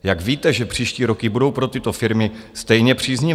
Jak víte, že příští roky budou pro tyto firmy stejně příznivé?